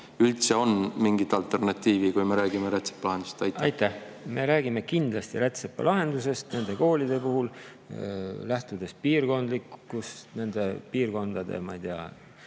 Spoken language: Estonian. üldse on mingit alternatiivi, kui me räägime rätsepalahendustest? Aitäh! Me räägime kindlasti rätsepalahendusest nende koolide puhul, lähtudes nende piirkondade, ma ei tea,